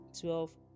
twelve